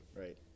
Right